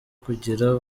kugira